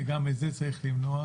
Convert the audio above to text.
שגם את זה צריך למנוע.